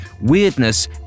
weirdness